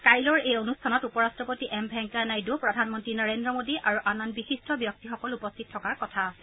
কাইলৈৰ এই অনুষ্ঠানত উপ ৰাষ্ট্ৰপতি এম ভেংকায়া নাইডু প্ৰধানমন্ত্ৰী নৰেন্দ্ৰ মোডী আৰু আন আন বিশিষ্ট ব্যক্তিসকল উপস্থিত থকাৰ কথা আছে